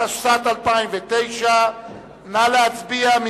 התשס"ט 2009. נא להצביע.